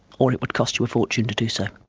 or it would cost you a fortune to do so.